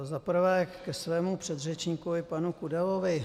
Za prvé ke svému předřečníkovi panu Kudelovi.